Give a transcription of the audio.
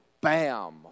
bam